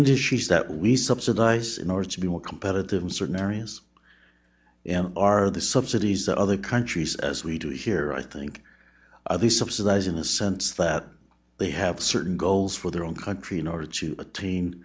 industries that we subsidize in order to be more competitive in certain areas and are the subsidies that other countries as we do here i think the subsidize in the sense that they have certain goals for their own country in order to attain